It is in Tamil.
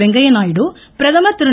வெங்கைய நாயுடு பிரதமர் திரு